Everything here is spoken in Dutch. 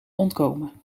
ontkomen